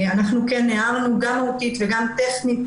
הערנו גם מהותית וגם טכנית